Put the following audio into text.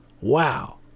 Wow